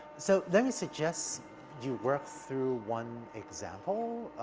so let me suggest you work through one example.